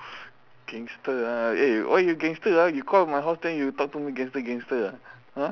gangster ah eh why you gangster ah you call my house then you talk to me gangster gangster ah !huh!